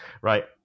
right